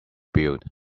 build